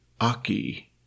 Aki